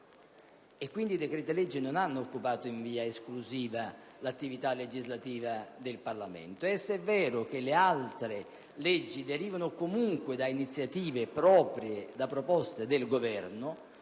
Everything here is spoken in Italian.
Quindi, i decreti-legge non hanno occupato in via esclusiva l'attività legislativa del Parlamento. E se è vero che le altre leggi derivano, comunque, da proposte del Governo,